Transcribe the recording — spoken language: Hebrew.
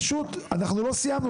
אנחנו פשוט לא סיימנו.